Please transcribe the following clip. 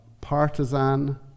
partisan